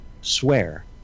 swear